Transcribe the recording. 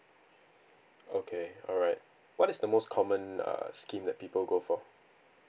okay alright what is the most common err scheme that people go for